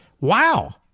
Wow